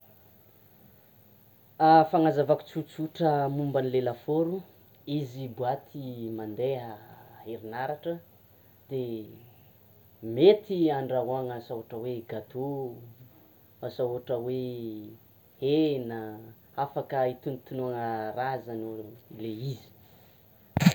Fanazavako tsotsotra momba anle lafaoro izy boîte mandeha herinaratra dia mety handrahoana asa ohatra hoe gâteau, asa ohatra hoe hena, hafaka hitonotonoana raha zany le izy.